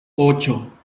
ocho